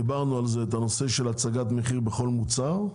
דיברנו על זה, את הנושא של הצגת מחיר בכל מוצר,